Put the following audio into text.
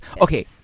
Okay